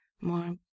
more